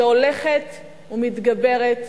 שהולכת ומתגברת